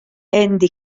andy